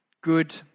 good